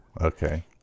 okay